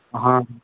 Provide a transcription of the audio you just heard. हँ